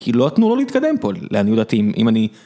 כי לא נתנו לו להתקדם פה, לעניות דעתי, אם אני...